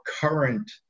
current